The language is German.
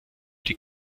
die